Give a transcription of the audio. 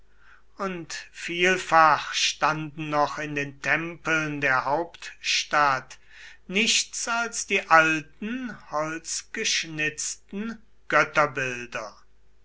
und vielfach standen noch in den tempeln der hauptstadt nichts als die alten